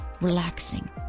relaxing